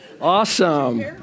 Awesome